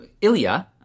Ilya